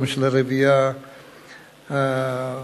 גם של הרביעייה הבין-לאומית,